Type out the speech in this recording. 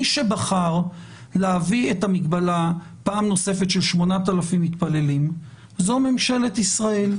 מי שבחר להביא את המגבלה פעם נוספת של 8,000 מתפללים זו ממשלת ישראל.